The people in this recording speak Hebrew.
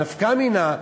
הנפקא מינה,